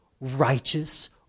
righteous